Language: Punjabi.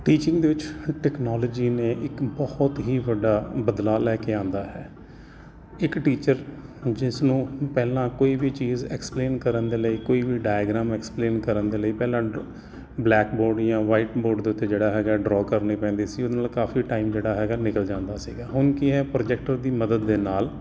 ਟੀਚਿੰਗ ਦੇ ਵਿੱਚ ਟੈਕਨੋਲੋਜੀ ਨੇ ਇੱਕ ਬਹੁਤ ਹੀ ਵੱਡਾ ਬਦਲਾਅ ਲੈ ਕੇ ਆਉਂਦਾ ਹੈ ਇਕ ਟੀਚਰ ਜਿਸਨੂੰ ਪਹਿਲਾਂ ਕੋਈ ਵੀ ਚੀਜ਼ ਐਕਸਪਲੇਨ ਕਰਨ ਦੇ ਲਈ ਕੋਈ ਵੀ ਡਾਇਗਰਾਮ ਐਕਸਪਲੇਨ ਕਰਨ ਦੇ ਲਈ ਪਹਿਲਾਂ ਡ ਬਲੈਕ ਬੋਰਡ ਜਾਂ ਵਾਈਟ ਬੋਰਡ ਦੇ ਉੱਤੇ ਜਿਹੜਾ ਹੈਗਾ ਡਰਾਅ ਕਰਨੀ ਪੈਂਦੀ ਸੀ ਉਹਦੇ ਨਾਲ ਕਾਫ਼ੀ ਟਾਈਮ ਜਿਹੜਾ ਹੈਗਾ ਨਿਕਲ ਜਾਂਦਾ ਸੀਗਾ ਹੁਣ ਕੀ ਹੈ ਇਹ ਪ੍ਰੋਜੈਕਟਰ ਦੀ ਮਦਦ ਦੇ ਨਾਲ